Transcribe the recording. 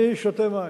אני שותה מים.